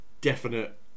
definite